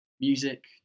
music